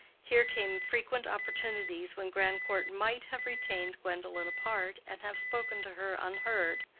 here came frequent opportunities when grandcourt might have retained gwendolen apart and have spoken to her unheard.